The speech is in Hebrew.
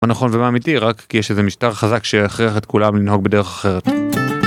מה נכון ומה אמיתי, רק כי יש איזה משטר חזק שיכריח את כולם לנהוג בדרך אחרת.